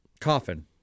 Coffin